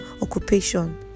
occupation